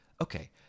Okay